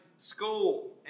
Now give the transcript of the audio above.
School